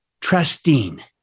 trusting